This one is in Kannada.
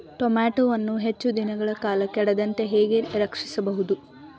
ಟೋಮ್ಯಾಟೋವನ್ನು ಹೆಚ್ಚು ದಿನಗಳ ಕಾಲ ಕೆಡದಂತೆ ಹೇಗೆ ಸಂರಕ್ಷಿಸಬಹುದು?